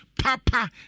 Papa